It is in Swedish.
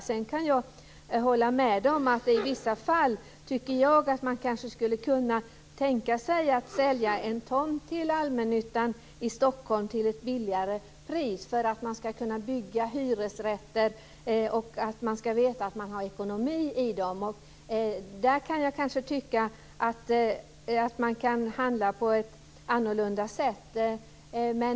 Sedan kan jag hålla med om att man i vissa fall kanske skulle kunna tänka sig att sälja en tomt till allmännyttan i Stockholm till ett lägre pris för att det ska vara möjligt att bygga hyresrätter och veta att det är ekonomi i dem. Där kan jag kanske tycka att man kan handla på ett annorlunda sätt.